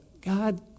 God